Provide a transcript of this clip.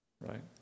right